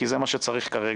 כי זה מה שצריך כרגע.